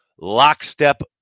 lockstep